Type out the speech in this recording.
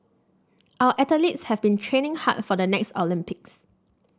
our athletes have been training hard for the next Olympics